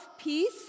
peace